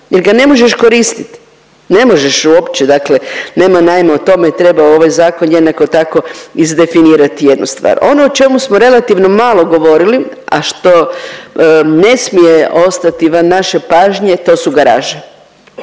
jer ga ne možeš koristiti, ne možeš uopće, dakle nema najma. O tome je trebao ovaj zakon jednako tako izdefinirati jednu stvar. Ono o čemu smo relativno malo govoriti, a što ne smije ostati van naše pažnje to su garaže.